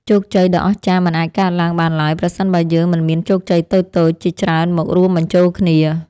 ជោគជ័យដ៏អស្ចារ្យមិនអាចកើតឡើងបានឡើយប្រសិនបើយើងមិនមានជោគជ័យតូចៗជាច្រើនមករួមបញ្ចូលគ្នា។